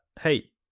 Hey